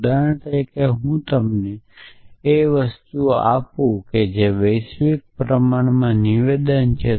ઉદાહરણ તરીકે હું તમને અથવા તે જેવી વસ્તુઓ જોઉં છું અને આ એક વૈશ્વિક પ્રમાણમાં નિવેદન છે